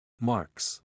Marks